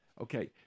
Okay